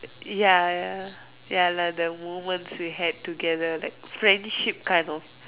ya ya ya lah the moments we had together like friendship kind of